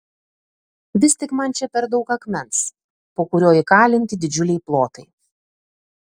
vis tik man čia per daug akmens po kuriuo įkalinti didžiuliai plotai